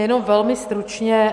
Jenom velmi stručně.